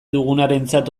dugunarentzat